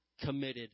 committed